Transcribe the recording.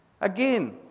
Again